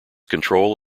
control